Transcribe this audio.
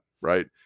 right